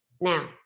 Now